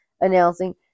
announcing